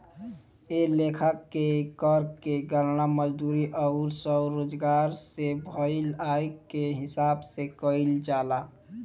ए लेखा के कर के गणना मजदूरी अउर स्वरोजगार से भईल आय के हिसाब से कईल जाला